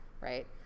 right